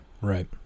right